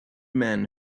men